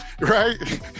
right